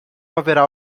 haverá